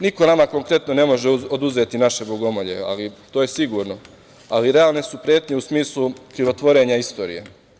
Niko nama konkretno ne može oduzeti naše bogomolje, to je sigurno, ali realne su pretnje u smislu krivotvorenja istorije.